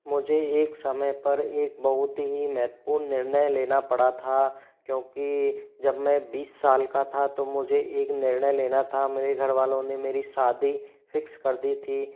मुझे एक समय पर एक बहुत ही महत्वपूर्ण निर्णय लेना पड़ा था क्योंकि जब मैं बीस साल का था तो मुझे एक निर्णय लेना था मेरे घर वालों ने मेरी शादी फिक्स कर दी थी